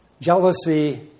Jealousy